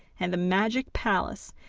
and the magic palace,